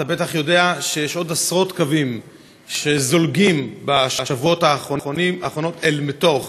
אתה בטח יודע שיש עוד עשרות קווים שזולגים בשבועות האחרונים אל תוך